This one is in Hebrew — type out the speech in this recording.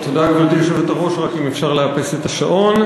גברתי היושבת-ראש, אם רק אפשר לאפס את השעון.